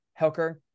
Helker